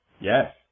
Yes